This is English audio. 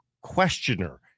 questioner